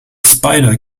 spider